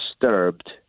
disturbed